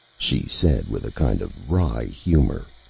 she said, with a kind of wry humor,